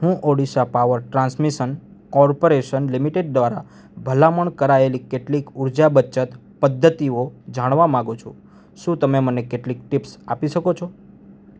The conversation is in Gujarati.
હું Odisha power transmission corporation limited દ્વારા ભલામણ કરાયેલી કેટલીક ઊર્જા બચત પદ્ધતિઓ જાણવા માગું છું શું તમે મને કેટલીક ટીપ્સ આપી શકો છો